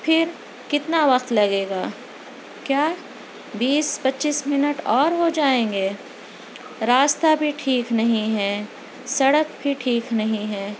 پھر کتنا وقت لگے گا کیا بیس پچیس منٹ اور ہو جائیں گے راستہ بھی ٹھیک نہیں ہے سڑک بھی ٹھیک نہیں ہے